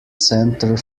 centre